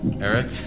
Eric